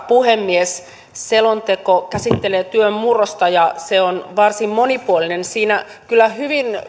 puhemies selonteko käsittelee työn murrosta ja se on varsin monipuolinen siinä kyllä hyvin